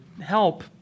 help